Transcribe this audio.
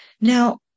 Now